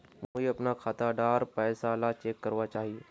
मुई अपना खाता डार पैसा ला चेक करवा चाहची?